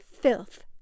filth